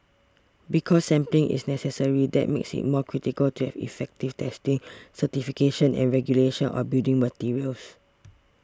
because sampling is necessary that makes it more critical to have effective testing certification and regulation of building materials